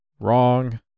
Wrong